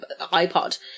iPod